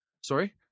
sorry